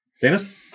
dennis